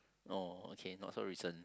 oh okay not so recent